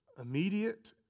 immediate